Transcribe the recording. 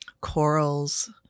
corals